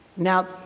Now